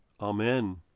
Amen